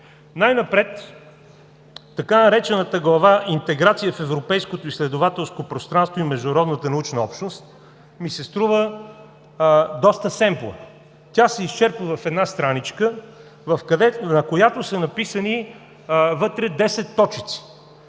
Най-напред, така наречената глава „Интеграция в европейското изследователско пространство и международната научна общност“ ми се струва доста семпла. Тя се изчерпва в една страничка, в която са написани вътре 10 точици.